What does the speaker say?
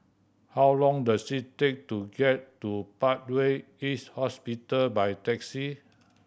how long does it take to get to Parkway East Hospital by taxi